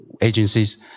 agencies